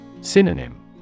Synonym